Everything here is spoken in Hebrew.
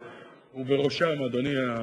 אפילו הייתי אומר: המניעתית,